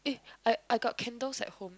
I I got candles at home